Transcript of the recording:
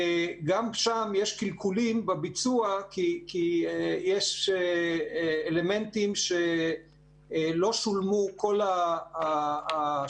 גם שם יש קלקולים בביצוע כי יש אלמנטים שלא שולמו כל